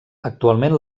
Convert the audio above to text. actualment